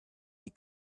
die